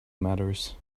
matters